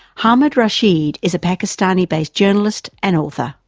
ahmed rashid is a pakistan-based journalist and author.